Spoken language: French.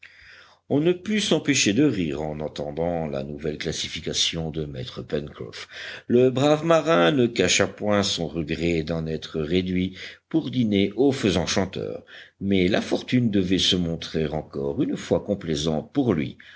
on ne put s'empêcher de rire en entendant la nouvelle classification de maître pencroff le brave marin ne cacha point son regret d'en être réduit pour dîner aux faisans chanteurs mais la fortune devait se montrer encore une fois complaisante pour lui